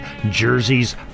jerseys